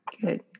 Good